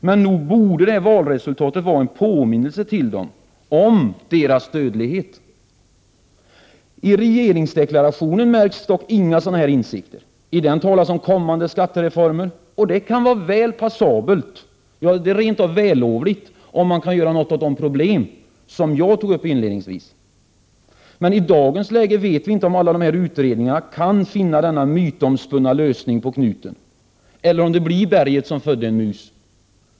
Men nog borde valresultatet vara en påminnelse till dem om deras dödlighet. I regeringsdeklarationen märks dock inga sådana insikter. I den talas om kommande skattereformer. Och det kan väl vara passabelt, ja rent av vällovligt, om man kan göra något åt de problem som jag tog upp inledningsvis. I dagens läge vet vi dock inte om alla dessa utredningar kan finna den ”mytomspunna lösningen på knuten”, eller om det blir berget som födde en mus.